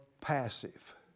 passive